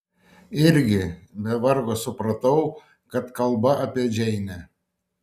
irgi be vargo supratau kad kalba apie džeinę